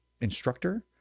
instructor